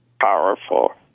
powerful